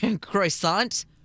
croissant